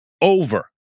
over